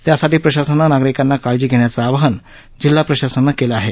त्यासाठी प्रशासनानं नागरिकांना काळजी घेण्याचं आवाहन जिल्हा प्रशासनानं केलं आहे